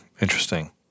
Interesting